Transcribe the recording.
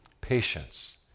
Patience